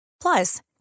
Plus